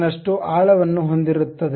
ನಷ್ಟು ಆಳ ವನ್ನು ಹೊಂದಿರುತ್ತದೆ